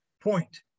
point